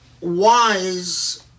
wise